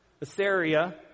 Assyria